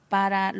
para